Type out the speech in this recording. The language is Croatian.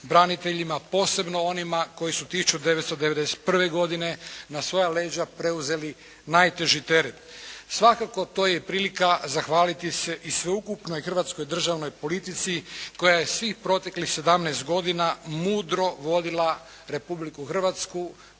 Braniteljima, posebno onima koji su 1991. godine na svoja leđa preuzeli najteži teret. Svakako, to je prilika zahvaliti se i sveukupnoj hrvatskoj državnoj politici koja je svih proteklih 17 godina mudro vodila Republiku Hrvatsku